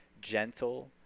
gentle